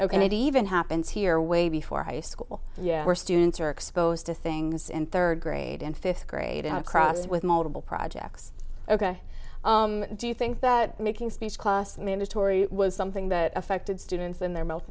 maybe even happens here way before high school where students are exposed to things in third grade and fifth grade and across with multiple projects ok do you think that making speech cost mandatory was something that affected students in their mo